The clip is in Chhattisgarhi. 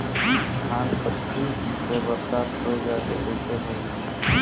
धान पक्की से बरसात हो जाय तो कइसे हो ही?